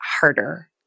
harder